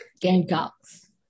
Gamecocks